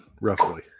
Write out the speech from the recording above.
roughly